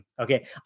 Okay